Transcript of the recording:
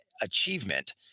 achievement